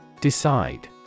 Decide